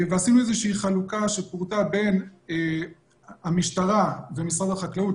ועשינו חלוקה שפורטה בין המשטרה ומשרד החקלאות,